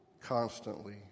constantly